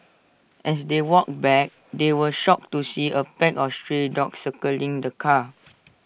as they walked back they were shocked to see A pack of stray dogs circling the car